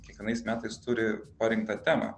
kiekvienais metais turi parinktą temą